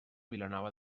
vilanova